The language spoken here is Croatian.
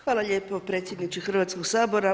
Hvala lijepo predsjedniče Hrvatskog sabora.